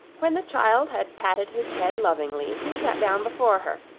when the child had patted his head lovingly, he sat down before her,